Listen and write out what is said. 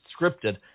scripted